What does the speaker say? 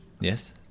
Yes